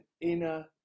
inner